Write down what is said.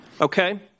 Okay